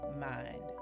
mind